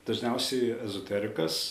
dažniausiai ezoterikas